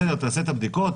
תעשה את הבדיקות,